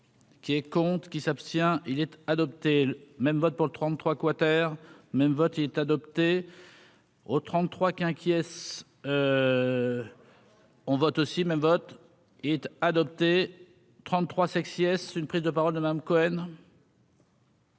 Qui est compte qui s'abstient-il être adopté même vote pour le 33 quater même vote il est adopté au 33 qu'Quiès on vote aussi même bottes adopté 33 sexy une prise de parole de Madame Cohen.